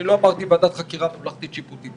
לא אמרתי ועדת חקירה ממלכתית שיפוטית,